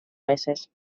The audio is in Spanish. meses